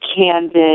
candid